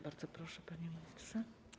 Bardzo proszę, panie ministrze.